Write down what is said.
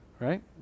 right